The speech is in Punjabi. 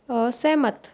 ਅਸਹਿਮਤ